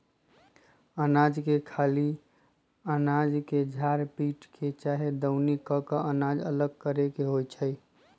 अनाज के खाली अनाज के झार पीट के चाहे दउनी क के अनाज अलग करे के होइ छइ